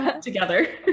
together